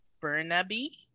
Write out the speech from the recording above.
Burnaby